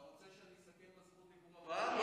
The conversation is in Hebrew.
אתה רוצה שאדבר בתקנה הבאה?